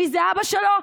מי זה אבא שלו?